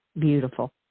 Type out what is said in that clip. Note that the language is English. beautiful